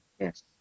Yes